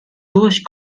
durch